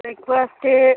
breakfast